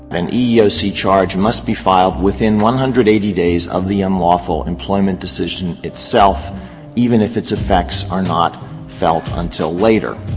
an eeoc charge must be filed within one hundred and eighty days of the unlawful employment decision itself even if its effects are not felt until later.